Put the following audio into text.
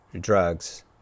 drugs